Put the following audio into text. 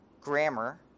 grammar